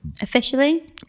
Officially